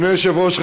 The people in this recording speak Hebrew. אדוני היושב-ראש,